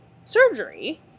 surgery